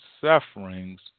sufferings